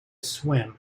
swim